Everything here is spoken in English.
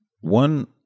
one